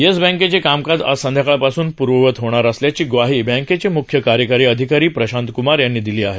yes बँकेचे कामकाज आज संध्याकाळपासून पूर्ववत होणार असल्याची ग्वाही बँकेचे मुख्य कार्यकारी अधिकारी प्रशांत कुमार यांनी दिली आहे